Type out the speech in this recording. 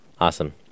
awesome